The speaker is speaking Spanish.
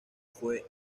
fue